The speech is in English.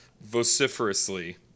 vociferously